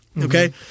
Okay